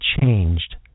changed